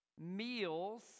Meals